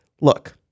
look